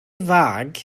fag